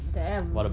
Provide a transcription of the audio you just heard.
damn